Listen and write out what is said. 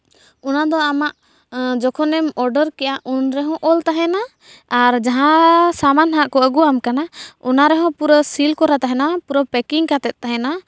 ᱚᱱᱟ ᱫᱚ ᱟᱢᱟᱜ ᱡᱚᱠᱷᱚᱱᱮᱢ ᱚᱰᱟᱨ ᱠᱮᱫᱼᱟ ᱩᱱ ᱨᱮ ᱦᱚᱸ ᱚᱞ ᱛᱟᱦᱮᱱᱟ ᱟᱨ ᱡᱟᱦᱟᱸ ᱥᱟᱢᱟᱱ ᱦᱟᱜ ᱠᱚ ᱟᱹᱜᱩᱣᱟᱢ ᱠᱟᱱᱟ ᱚᱱᱟ ᱨᱮ ᱦᱚᱸ ᱯᱩᱨᱟᱹ ᱥᱤᱞ ᱠᱚᱨᱟ ᱛᱟᱦᱮᱱᱟ ᱯᱩᱨᱟᱹ ᱯᱮᱠᱮᱠᱤᱝ ᱠᱟᱛᱮᱫ ᱛᱟᱦᱮᱱᱟ